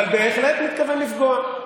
אבל בהחלט מתכוון לפגוע.